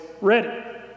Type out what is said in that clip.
ready